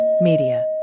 Media